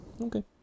Okay